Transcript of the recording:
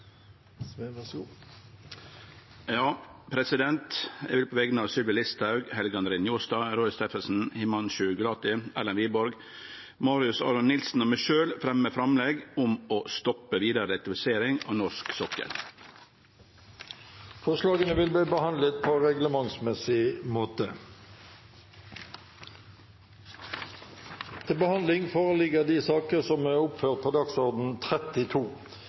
vil på vegner av representantane Sylvi Listhaug, Helge André Njåstad, Roy Steffensen, Himanshu Gulati, Erlend Wiborg, Marius Arion Nilsen og meg sjølv fremme framlegg om å stoppe vidare elektrifisering av norsk sokkel. Forslagene vil bli behandlet på reglementsmessig måte. Før sakene på dagens kart tas opp til behandling,